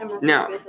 Now